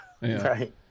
Right